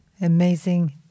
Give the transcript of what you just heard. amazing